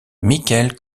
michael